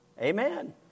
Amen